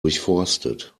durchforstet